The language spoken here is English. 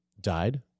died